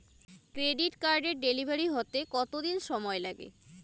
Credit কার্ডের delivery হতে কতদিন সময় লাগে?